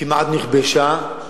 כמעט נכבשה.